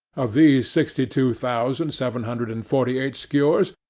of these sixty-two thousand seven hundred and forty-eight skewers,